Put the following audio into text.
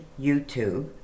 YouTube